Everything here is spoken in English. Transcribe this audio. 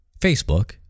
Facebook